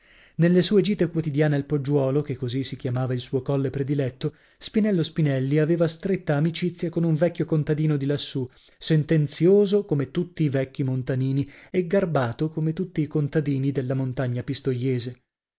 nelle sue gite quotidiane al poggiuolo che così si chiamava il suo colle prediletto spinello spinelli aveva stretta amicizia con un vecchio contadino di lassù sentenzioso come tutti i vecchi montanini e garbato come tutti i contadini della montagna pistoiese